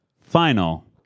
final